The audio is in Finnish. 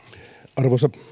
arvoisa